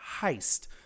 heist